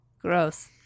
Gross